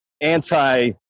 anti